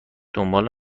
دنبال